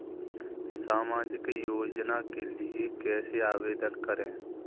सामाजिक योजना के लिए कैसे आवेदन करें?